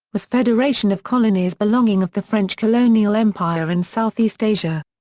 was federation of colonies belonging of the french colonial empire in southeast asia.